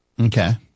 Okay